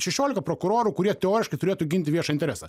šešiolika prokurorų kurie teoriškai turėtų ginti viešą interesą